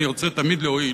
אני רוצה תמיד להועיל,